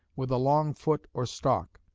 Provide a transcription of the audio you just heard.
with a long foot or stalk.